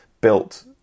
built